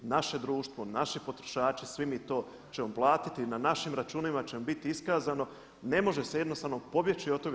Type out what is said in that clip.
Naše društvo, naši potrošači svi mi to ćemo platiti i na našim računima će biti iskazano, ne može se jednostavno pobjeći od toga.